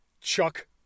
chuck